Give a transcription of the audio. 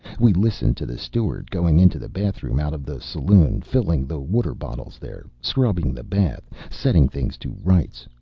we listened to the steward going into the bathroom out of the saloon, filling the water bottles there, scrubbing the bath, setting things to rights,